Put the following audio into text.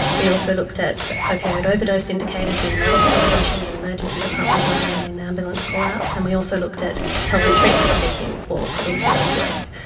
we also looked at opioid overdose indicators in the hospital admissions and emergency department data and in ambulance callouts, and we also looked at help and treatment seeking for problems with opioids.